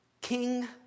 King